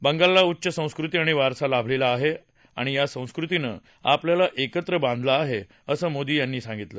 बंगालला उच्च संस्कृती आणि वारसा लाभलेला आहे आणि या संस्कृतीनं आपल्याला एकत्र बांधलं आहे असं मोदी यांनी सांगितलं